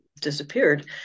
disappeared